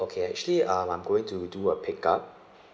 okay actually um I'm going to do a pick up